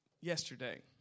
yesterday